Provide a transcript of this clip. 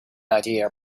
idea